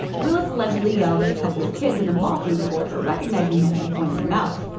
willis allegedly yelled at a couple of kids in a mall food court for recognizing him and pointing him out.